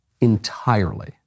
entirely